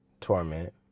Torment